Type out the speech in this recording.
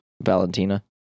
Valentina